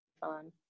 fun